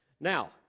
Now